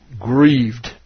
grieved